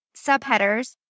subheaders